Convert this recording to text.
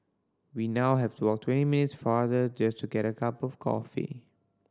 we now have to walk twenty minutes farther just to get a cup of coffee